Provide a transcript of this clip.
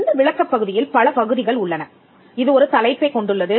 இந்த விளக்கப் பகுதியில் பல பகுதிகள் உள்ளன இது ஒரு தலைப்பைக் கொண்டுள்ளது